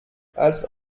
als